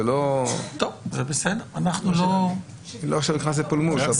אני לא נכנס לפולמוס.